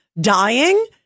dying